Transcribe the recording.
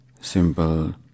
simple